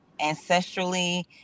ancestrally